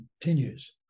continues